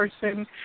person